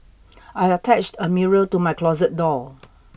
I attached a mirror to my closet door